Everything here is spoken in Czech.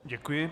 Děkuji.